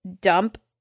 dump